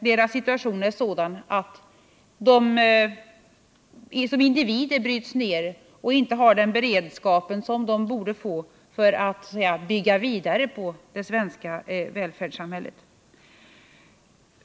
Deras situation är sådan att de som individer bryts ned och inte har den beredskap som de borde få för att bygga vidare på det svenska välfärdssamhället.